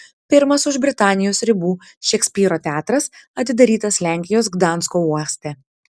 pirmas už britanijos ribų šekspyro teatras atidarytas lenkijos gdansko uoste